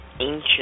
ancient